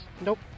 Nope